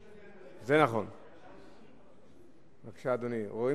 תודה רבה